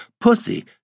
Pussy